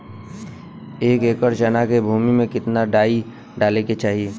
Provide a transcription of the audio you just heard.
एक एकड़ चना के भूमि में कितना डाई डाले के चाही?